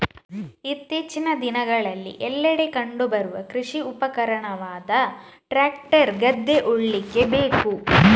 ಇತ್ತೀಚಿನ ದಿನಗಳಲ್ಲಿ ಎಲ್ಲೆಡೆ ಕಂಡು ಬರುವ ಕೃಷಿ ಉಪಕರಣವಾದ ಟ್ರಾಕ್ಟರ್ ಗದ್ದೆ ಉಳ್ಳಿಕ್ಕೆ ಬೇಕು